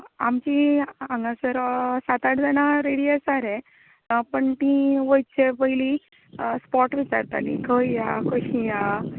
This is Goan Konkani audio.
आमची हांगासर सात आठ जाणां रॅडी आसा रे पण तीं वयचे पयलीं स्पॉट विचारतालीं खंय या कशीं या